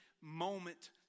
moment